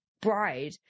bride